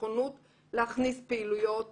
הנכונות להכניס פעילויות